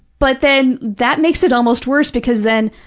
but then that makes it almost worse because, then,